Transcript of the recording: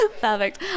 Perfect